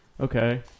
Okay